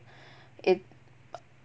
it